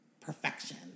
perfection